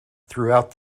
throughout